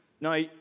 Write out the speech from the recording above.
Now